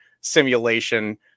simulation